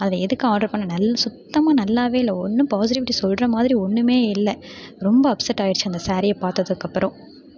அத எதுக்கு ஆர்டர் பண்ணிணேன் நல் சுத்தமாக நல்லாவே இல்லை ஒன்றும் பாஸிடிவிட்டி சொல்கிற மாதிரி ஒன்றுமே இல்லை ரொம்ப அப்செட் ஆகிடுச்சு அந்த ஸேரீயை பார்த்ததுக்கு அப்புறம்